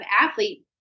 athlete